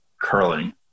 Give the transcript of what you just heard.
curling